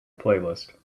playlist